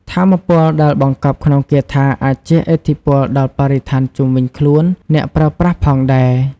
ថាមពលដែលបង្កប់ក្នុងគាថាអាចជះឥទ្ធិពលដល់បរិស្ថានជុំវិញខ្លួនអ្នកប្រើប្រាស់ផងដែរ។